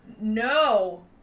no